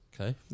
Okay